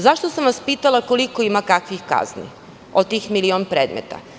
Zašto sam vas pitala, koliko ima kakvih kazni od tih milion predmeta?